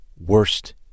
worst